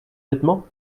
vêtements